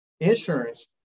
insurance